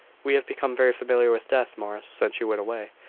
we have become very familiar with death, morris, since you went away,